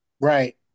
Right